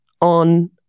on